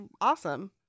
awesome